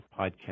podcast